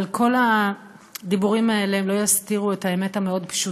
אבל כל הדיבורים האלה לא יסתירו את האמת המאוד-פשוטה: